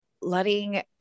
letting